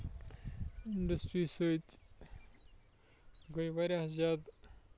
industry سۭتۍ گٔیٚے واریاہ زیادٕ